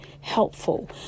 helpful